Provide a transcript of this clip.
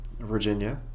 Virginia